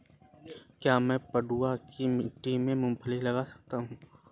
क्या मैं पडुआ की मिट्टी में मूँगफली लगा सकता हूँ?